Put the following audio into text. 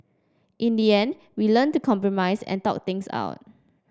in the end we learnt to compromise and talk things out